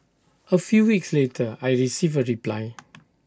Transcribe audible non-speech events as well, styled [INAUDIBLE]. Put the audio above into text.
A few weeks later I received A reply [NOISE]